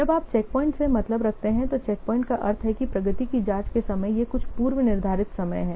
जब आप चेकपॉइंट से मतलब रखते हैं तो चैकपॉइंट् का अर्थ है कि प्रगति की जाँच के समय ये कुछ पूर्व निर्धारित समय हैं